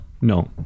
no